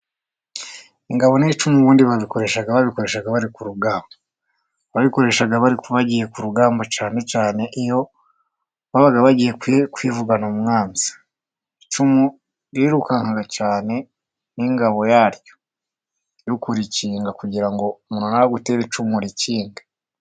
Ingabo n'icumu ubundi ,babikoreshaga bari ku rugamba. Babikoresha bari bagiye ku rugamba cyane cyane ,iyo babaga bagiye kwivuna umwanzi. Icumu ryirukanka cyane n'ingabo yaryo. Iri kuyirikinga kugira ngo umuntu nagutera icumu urikinge.